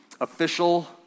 official